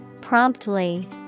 Promptly